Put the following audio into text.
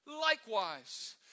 Likewise